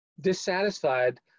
dissatisfied